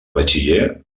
batxiller